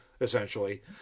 essentially